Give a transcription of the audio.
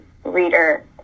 reader